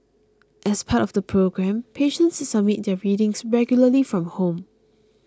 as part of the program patients submit their readings regularly from home